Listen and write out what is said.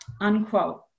unquote